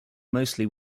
mostly